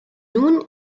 nun